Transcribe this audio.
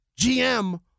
GM